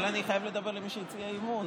אבל אני חייב לדבר אל מי שהציע אי-אמון,